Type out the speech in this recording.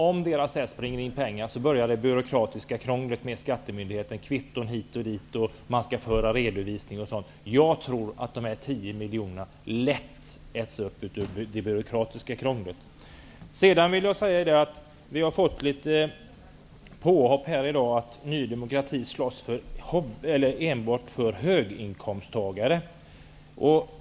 Om deras hästar springer in pengar, börjar det byråkratiska krånglet med skattemyndigheterna och med kvitton hit och dit. Man skall föra redovisning osv. Jag tror att dessa 10 miljoner lätt äts upp av det byråkratiska krånglet. Vi har i dag fått en del påhopp om att Ny demokrati enbart slåss för höginkomsttagare.